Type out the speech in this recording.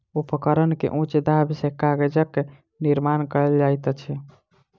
उपकरण के उच्च दाब सॅ कागजक निर्माण कयल जाइत अछि